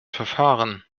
verfahren